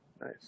nice